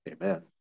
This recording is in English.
Amen